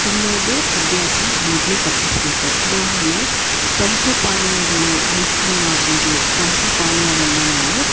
ತಿನ್ನೋದು ಅಭ್ಯಾಸ ಮೊದಲು ತಪ್ಪಿಸ್ಬೇಕು ಉದಾಹರಣೆ ತಂಪು ಪಾನೀಯಗಳು ಐಸ್ ಕ್ರೀಮ್ ಆಗ್ಬೋದು ತಂಪು ಪಾನೀಯಗಳನ್ನು ನಾವು